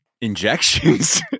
injections